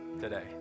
today